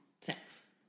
Sex